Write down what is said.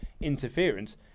interference